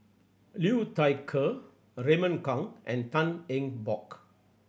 Liu Thai Ker Raymond Kang and Tan Eng Bock